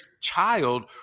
child